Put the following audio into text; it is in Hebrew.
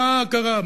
מה קרה?